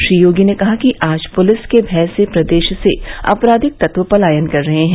श्री योगी ने कहा कि आज पुलिस के भय से प्रदेश से आपराधिक तत्व पलायन कर रहे हैं